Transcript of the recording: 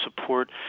support